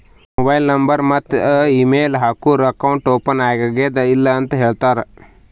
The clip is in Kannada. ಮೊಬೈಲ್ ನಂಬರ್ ಮತ್ತ ಇಮೇಲ್ ಹಾಕೂರ್ ಅಕೌಂಟ್ ಓಪನ್ ಆಗ್ಯಾದ್ ಇಲ್ಲ ಅಂತ ಹೇಳ್ತಾರ್